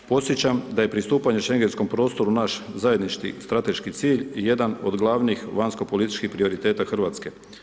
Podsjećam da je pristupanje Šengenskom prostoru naš zajednički strateški cilj i jedan od glavnih vanjsko političkih prioriteta RH.